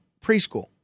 preschool